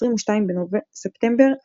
22 ספטמבר 2011